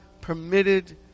permitted